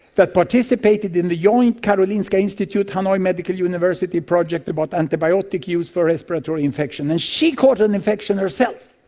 that participated in the joint karolinska institute hanoi medical university project about antibiotic use for respiratory infection. and she caught an infection herself,